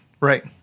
Right